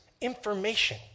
information